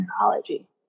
neurology